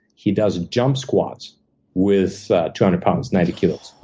he does jump squats with two hundred pounds, ninety kilos.